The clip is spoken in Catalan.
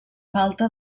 falta